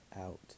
out